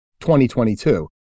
2022